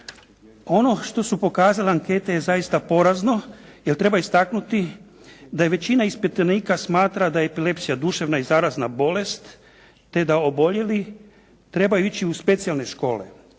Ono što su pokazale ankete je zaista porazno, jer treba istaknuti da većina ispitanika smatra da je epilepsija duševna i zarazna bolest te da oboljeli trebaju ići u specijalne škole.